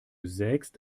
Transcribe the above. sägst